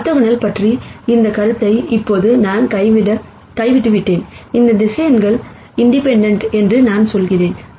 orthogonal பற்றிய இந்த கருத்தை இப்போது நான் கைவிட்டுவிட்டேன் இந்த வெக்டார் இண்டிபெண்டன்ட் என்று நான் சொல்கிறேன்